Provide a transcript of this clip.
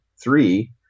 three